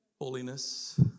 holiness